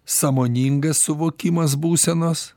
sąmoningas suvokimas būsenos